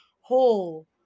whole